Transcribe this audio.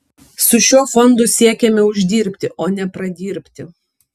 su šiuo fondu siekiame uždirbti o ne pradirbti